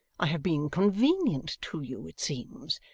i have been convenient to you, it seems,